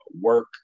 work